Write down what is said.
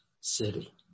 city